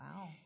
Wow